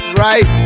right